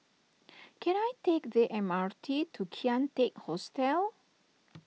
can I take the M R T to Kian Teck Hostel